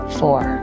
four